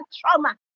trauma